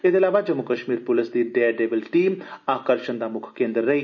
एहदे अलावा जम्मू कश्मीर पुलस दी डेयर डेविल टीम आकर्शण दा मुक्ख केन्द्र रेई